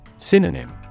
Synonym